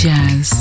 Jazz